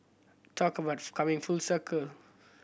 talk about coming full circle